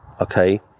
okay